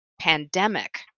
pandemic